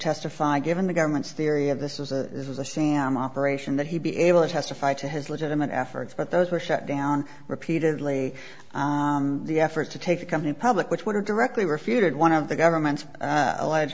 testify given the government's theory of this is a this is a sam operation that he be able to testify to his legitimate efforts but those were shut down repeatedly the effort to take the company public which would have directly refuted one of the government